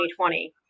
2020